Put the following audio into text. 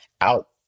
out